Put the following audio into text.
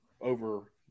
over